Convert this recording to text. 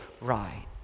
right